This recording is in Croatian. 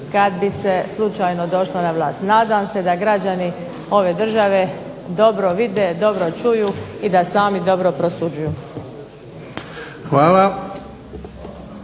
kada bi se došlo na vlast. Nadam se da građani ove države dobro vide, dobro čuju i da sami dobro prosuđuju.